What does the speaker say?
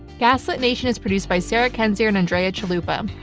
gaslit nation is produced by sarah kendzior and andrea chalupa.